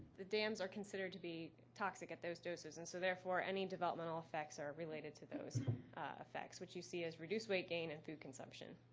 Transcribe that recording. the dams are considered to be toxic at those doses and so therefore any developmental effects are related to those effects, which you see as reduced weight gain and food consumption.